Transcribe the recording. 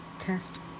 test